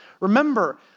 Remember